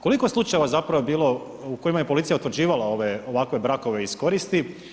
Koliko slučajeva je zapravo bilo u kojima je policija je utvrđivala ovakve brakove iz koristi?